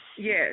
Yes